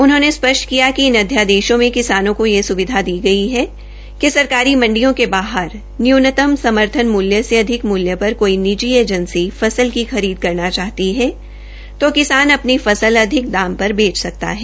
उन्होंने स्पष्ट किया कि इन अध्यादेशों में किसानों को यह सुविधा दी गई है कि सरकारी मंडियों के बाहर न्यूनतम समर्थन मूल्य से अधिक मूल्य पर कोई प्राइवेट एजेंसी फसल की खरीद करना चाहती है तो किसान अपनी फसल अधिक दाम पर बेच सकता है